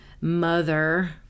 mother